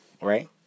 right